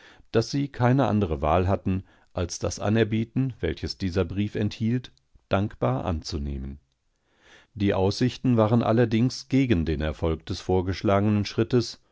daß sie keine andere wahl hatten als das anerbieten welchesdieserbriefenthielt dankbaranzunehmen die aussichten waren allerdings gegen den erfolg des vorgeschlagenen schrittes